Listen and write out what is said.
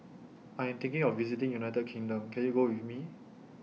I Am thinking of visiting United Kingdom Can YOU Go with Me